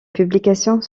publications